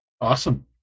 awesome